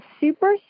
super